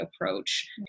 approach